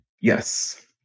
Yes